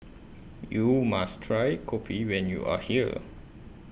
YOU must Try Kopi when YOU Are here